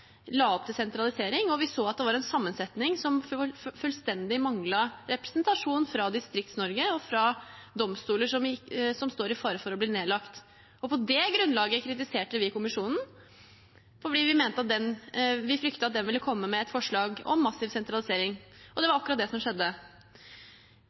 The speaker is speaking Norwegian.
la opp til sentralisering, og vi så at det var en sammensetning som fullstendig manglet representasjon fra Distrikts-Norge og fra domstoler som står i fare for å bli nedlagt. På det grunnlaget kritiserte vi kommisjonen, fordi vi fryktet at den ville komme med et forslag om massiv sentralisering – og det var